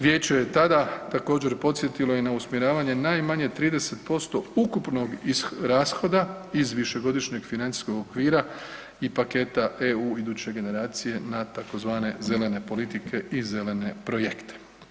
Vijeće je tada također podsjetilo i na usmjeravanje najmanje 30% ukupnog rashoda iz višegodišnjeg financijskog okvira i paketa EU iduće generacije na tzv. zelene politike i zelene projekte.